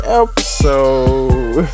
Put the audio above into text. episode